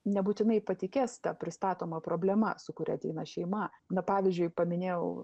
nebūtinai patikės ta pristatoma problema su kuria ateina šeima na pavyzdžiui paminėjau